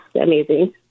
amazing